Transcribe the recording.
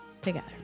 together